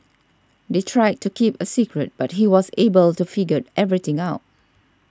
they tried to keep a secret but he was able to figured everything out